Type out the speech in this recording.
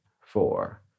four